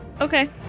Okay